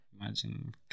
Imagine